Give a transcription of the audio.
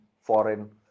foreign